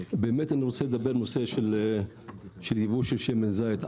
אני רוצה לדבר על הנושא של ייבוא של שמן זית.